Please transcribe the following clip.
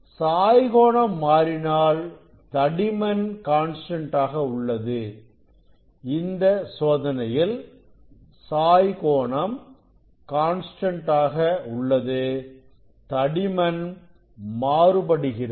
சாய் கோணம் மாறினால் தடிமன் கான்ஸ்டன்ட் ஆக உள்ளது இந்த சோதனையில் சாய் கோணம் கான்ஸ்டன்ட் ஆக உள்ளது தடிமன் மாறுபடுகிறது